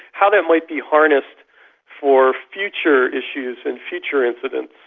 how that might be harnessed for future issues and future incidents.